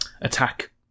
attack